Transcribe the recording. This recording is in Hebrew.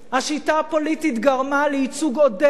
השיטה הפוליטית גרמה לייצוג עודף